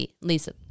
Lisa